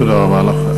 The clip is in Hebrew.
תודה רבה לך.